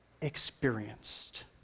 experienced